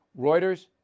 Reuters